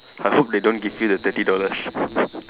I hope they don't give you the thirty dollars